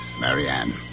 Marianne